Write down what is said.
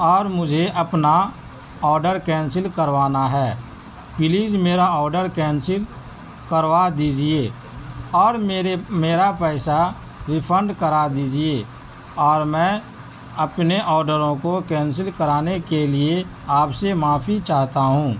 اور مجھے اپنا آڈر کینسل کروانا ہے پلیز میرا آڈر کینسل کروا دیجیے اور میرے میرا پیسہ ریفنڈ کرا دیجیے اور میں اپنے آڈروں کو کینسل کرانے کے لیے آپ سے معافی چاہتا ہوں